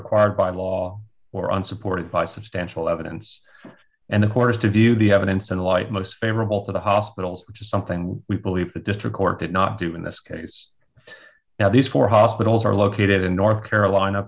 required by law or unsupported by substantial evidence and the court is to view the evidence in the light most favorable to the hospitals which is something we believe the district court did not do in this case now these four hospitals are located in north carolina